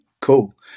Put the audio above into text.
cool